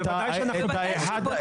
בוודאי שאנחנו בודקים.